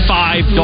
five